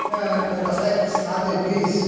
ᱨᱟᱥᱟᱭᱚᱠ ᱡᱮ ᱵᱤᱥ